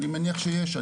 אני מניח שיש.